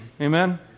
Amen